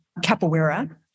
capoeira